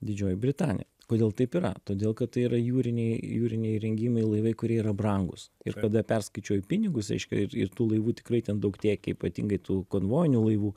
didžioji britanija kodėl taip yra todėl kad tai yra jūriniai jūriniai įrengimai laivai kurie yra brangūs ir kada perskaičiuoji pinigus reiškia ir ir tų laivų tikrai ten daug tiekė ypatingai tų konvojinių laivų